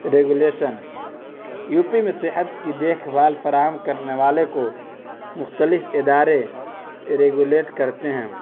regulation U P میں صحت کی دیکھ بھال فراہم کرنے والے کو مختلف ادارے ریگولیٹ کرتے ہیں